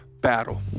battle